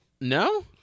No